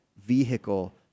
vehicle